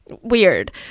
Weird